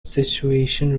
situations